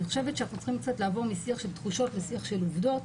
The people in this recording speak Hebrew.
אני חושבת שאנחנו צריכים קצת לעבור משיח של תחושות לשיח של עובדות,